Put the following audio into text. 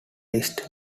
list